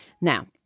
Now